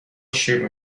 شیر